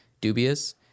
dubious